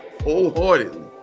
wholeheartedly